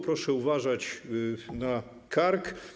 Proszę uważać na kark.